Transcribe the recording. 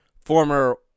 former